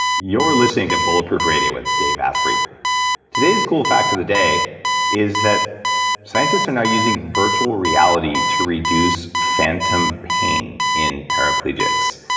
you're listening to bulletproof radio with dave asprey today's cool fact of the day is that scientist are now using virtual reality to reduce phantom pain in paraplegics.